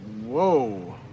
whoa